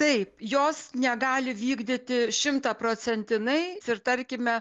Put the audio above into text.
taip jos negali vykdyti šimtaprocentinai ir tarkime